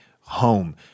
home